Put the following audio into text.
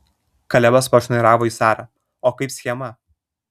kalebas pašnairavo į sarą o kaip schema